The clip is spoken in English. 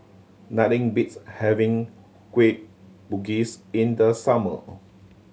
nothing beats having Kueh Bugis in the summer